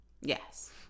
Yes